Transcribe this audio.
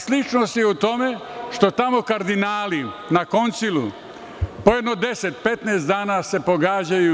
Sličnost je u tome što tamo kardinali na koncilu po jedno 10-15 dana se pogađaju…